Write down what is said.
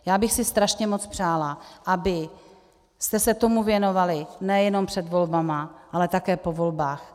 Já bych si strašně moc přála, abyste se tomu věnovali nejenom před volbami, ale také po volbách.